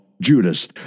Judas